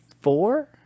four